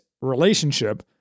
relationship